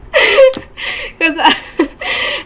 cause I